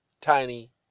tiny